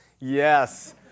Yes